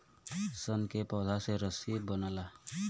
सन के पौधा से रसरी बनला